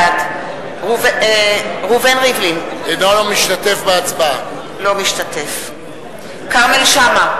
בעד ראובן ריבלין, אינו משתתף בהצבעה כרמל שאמה,